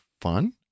fun